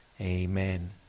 Amen